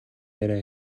яриа